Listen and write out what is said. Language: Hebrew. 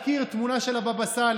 לקחת ולמנות את אלקין לשר בממשלה